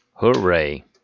Hooray